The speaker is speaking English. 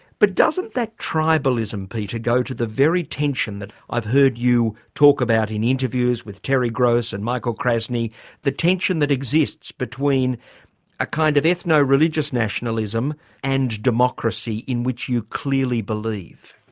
but doesn't that tribalism peter go to the very tension that i've heard you talk about in interviews with terry gross and michael krasny the tension that exists between a kind of ethno-religious nationalism and democracy in which you clearly believe?